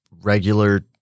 regular